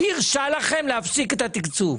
מי הירשה לכם להפסיק את התקצוב?